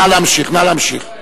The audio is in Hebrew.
נא להמשיך, נא להמשיך.